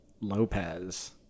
Lopez